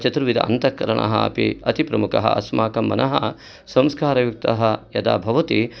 चतुर्विद अन्तःकरणाः अपि अतिप्रमुखः अस्माकं मनः संस्कारयुक्तः यदा भवति